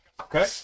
Okay